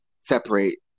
separate